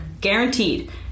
Guaranteed